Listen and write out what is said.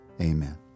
amen